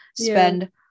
spend